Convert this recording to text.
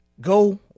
Go